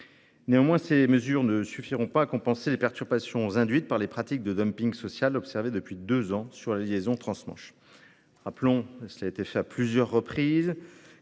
Néanmoins, ces mesures ne suffiront pas à compenser les perturbations induites par les pratiques de dumping social observées depuis deux ans sur la liaison transmanche. Je rappelle à mon tour que, en 2021, Irish Ferries